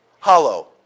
hollow